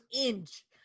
inch